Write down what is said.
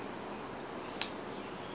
not working ones I mean those